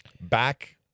Back